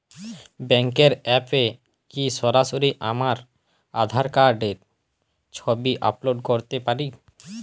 ব্যাংকের অ্যাপ এ কি সরাসরি আমার আঁধার কার্ড র ছবি আপলোড করতে পারি?